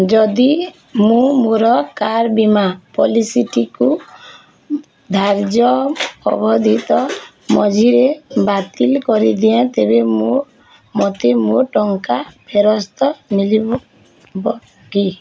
ଯଦି ମୁଁ ମୋର କାର୍ ବୀମା ପଲିସିଟିକୁ ଧାର୍ଯ୍ୟ ଅବଧିତ ମଝିରେ ବାତିଲ୍ କରିଦିଏ ତେବେ ମୋ ମୋତେ ମୋ ଟଙ୍କା ଫେରସ୍ତ ମିଳିବ କି